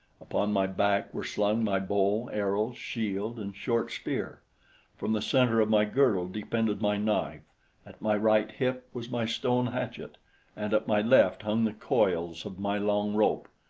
upon my back were slung my bow, arrows, shield, and short spear from the center of my girdle depended my knife at my right hip was my stone hatchet and at my left hung the coils of my long rope.